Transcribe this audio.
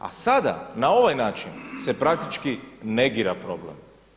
A sada na ovaj način se praktički negira problem.